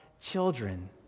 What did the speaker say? children